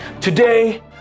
today